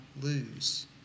lose